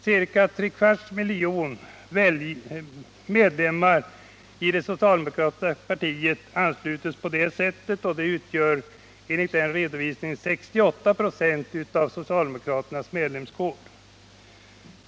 Ca tre kvarts miljon medlemmar i det socialdemokratiska partiet ansluts på det här sättet, och enligt redovisningen utgör detta 68 96 av socialdemokraternas medlemskår.